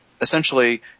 Essentially